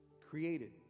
created